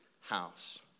house